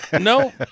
No